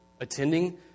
Attending